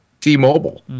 T-Mobile